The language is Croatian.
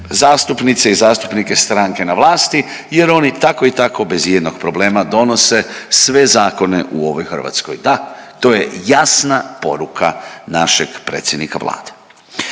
zastupnice i zastupnike stranke na vlasti jer oni tako i tako bez i jednog problema donose sve zakone u ovoj Hrvatskoj. Da, to je jasna poruka našeg predsjednika Vlade.